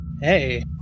Hey